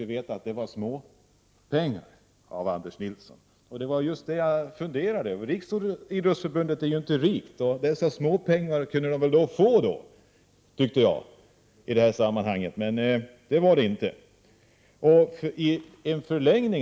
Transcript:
Vi fick av Anders Nilsson veta att det är småpengar, och det var detta jag funderade över. Riksidrottsförbundet är inte något rikt förbund, och dessa ”småpengar” kunde man väl då få, tyckte jag. Men så var det inte.